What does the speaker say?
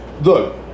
Look